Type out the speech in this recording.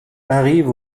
arrive